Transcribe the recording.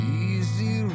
easy